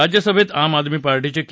राज्यसभेत आम आदमी पार्टीचे के